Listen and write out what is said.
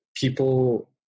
people